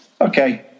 okay